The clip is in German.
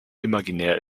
imaginär